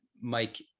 Mike